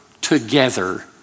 together